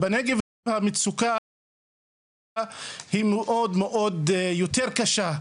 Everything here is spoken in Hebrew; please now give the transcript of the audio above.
בנגב המצוקה היא מאוד, יותר קשה,